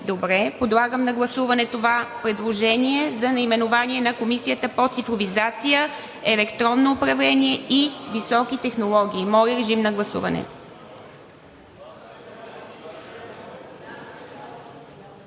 виждам. Подлагам на гласуване това предложение за наименование – „Комисия по цифровизация, електронно управление и високи технологии.“ Гласували